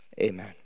Amen